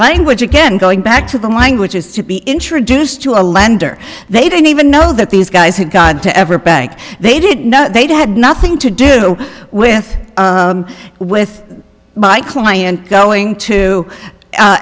language again going back to the language has to be introduced to a lender they didn't even know that these guys had gotten to every bank they didn't know they'd had nothing to do with with my client going to